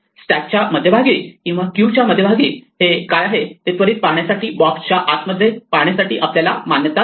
stack च्या मध्यभागी किंवा क्यू च्या मध्यभागी काय आहे ते त्वरित पाहण्यासाठी बॉक्सच्या आत मध्ये पाहण्यासाठी आपल्याला मान्यता नाही